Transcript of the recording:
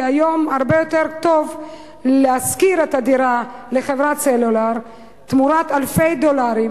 כי היום הרבה יותר טוב להשכיר את הדירה לחברת סלולר תמורת אלפי דולרים,